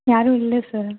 யாரும் இல்லை சார்